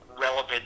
relevant